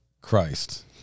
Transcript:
Christ